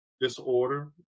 disorder